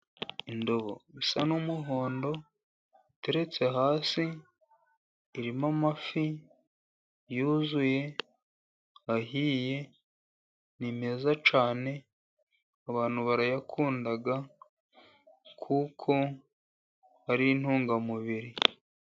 Indobo isa n'umuhondo iteretse hasi, irimo amafi yuzuye ahiye. Ni meza cyane abantu barayakunda kuko ari intungamubiri.